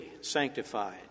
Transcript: sanctified